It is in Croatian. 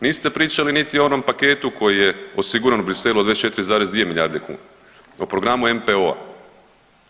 Niste pričali niti o onom paketu koji je osiguran u Bruxellesu od 24,2 milijarde kuna, o programu NPO-a.